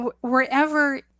wherever